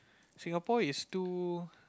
Singapore is too